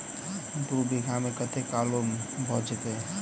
दु बीघा मे कतेक आलु भऽ जेतय?